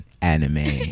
anime